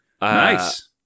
Nice